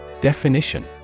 Definition